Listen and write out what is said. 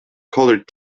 colored